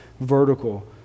vertical